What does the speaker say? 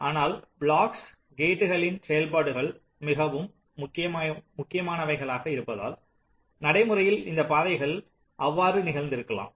ஆனால் பிளாக்ஸ் கேட்களின் செயல்பாடுகள் மிகவும் முக்கியமானவைகளாக இருப்பதால் நடைமுறையில் இந்தப் பாதைகள் அவ்வாறு நிகழ்ந்து இருக்கலாம்